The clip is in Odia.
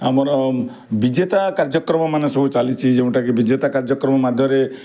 ଆମର ବିଜେତା କାର୍ଯ୍ୟକ୍ରମମାନ ସବୁ ଚାଲିଛି ଯେଉଁଟା କି ବିଜେତା କାର୍ଯ୍ୟକ୍ରମ ମାଧ୍ୟମରେ